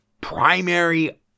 primary